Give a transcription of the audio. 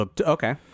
Okay